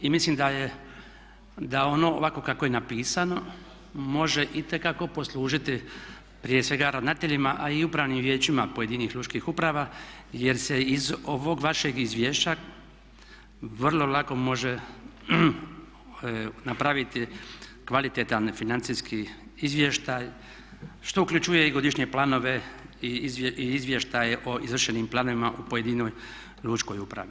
Mislim da ono ovako kako je napisano može itekako poslužiti prije svega ravnateljima a i upravnim vijećima pojedinih lučkih uprava jer se iz ovog vašeg izvješća vrlo lako može napraviti kvalitetan financijski izvještaj što uključuje i godišnje planove i izvještaje o izvršenim planovima u pojedinoj lučkoj upravi.